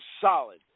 solid